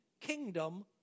kingdom